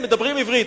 הם מדברים עברית.